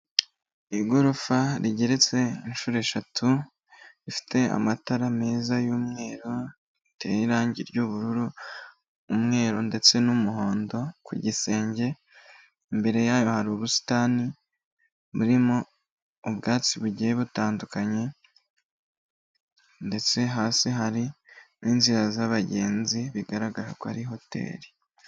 Igorofa rigeretse inshuro eshatu, rifite amatara meza y'umweru, riteye irangiry'ubururu umweru ndetse n'umuhondo, ku gisenge imbere yayo hari ubusitani burimo ubwatsi bugiye butandukanye ndetse hasi hari n'inzira z'abagenzi bigaragara ko ari hoteri.